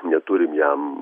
neturim jam